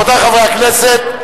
רבותי חברי הכנסת,